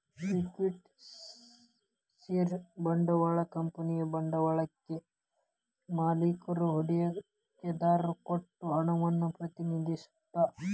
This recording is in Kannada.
ಇಕ್ವಿಟಿ ಷೇರ ಬಂಡವಾಳ ಕಂಪನಿಯ ಬಂಡವಾಳಕ್ಕಾ ಮಾಲಿಕ್ರು ಹೂಡಿಕೆದಾರರು ಕೊಟ್ಟ ಹಣವನ್ನ ಪ್ರತಿನಿಧಿಸತ್ತ